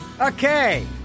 Okay